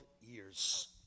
years